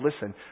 Listen